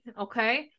okay